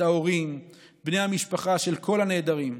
את ההורים ובני המשפחה של כל הנעדרים.